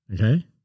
okay